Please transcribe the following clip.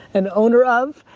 and owner of.